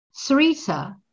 Sarita